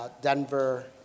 Denver